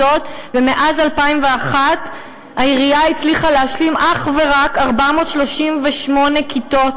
ומאז 2001 העירייה הצליחה להשלים אך ורק 438 כיתות.